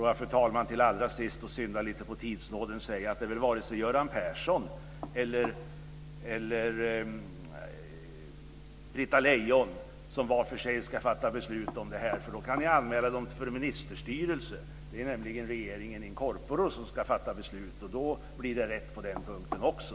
Låt mig, fru talman, allra sist få synda lite på tidsnåden och säga att det väl varken är Göran Persson eller Britta Lejon som var för sig ska fatta beslut om det här, för då kan vi anmäla dem för ministerstyre. Det är nämligen regeringen in corpore som ska fatta beslut, och då blir det rätt på den punkten också.